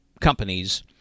companies